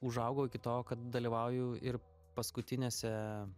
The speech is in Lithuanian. užaugau iki to kad dalyvauju ir paskutinėse